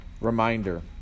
reminder